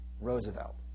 Roosevelt